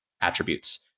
attributes